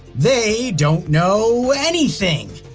they don't know anything.